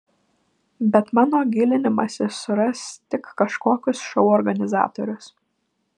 bet mano gilinimasis suras tik kažkokius šou organizatorius